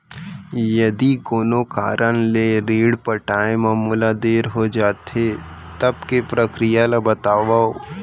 यदि कोनो कारन ले ऋण पटाय मा मोला देर हो जाथे, तब के प्रक्रिया ला बतावव